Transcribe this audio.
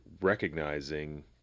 recognizing